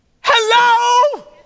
Hello